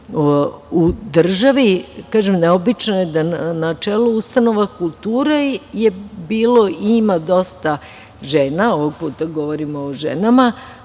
u državi. Kažem, neobično je da na čelu ustanova kulture je bilo i ima dosta žena, ovog puta govorimo o ženama,